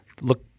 look